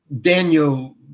Daniel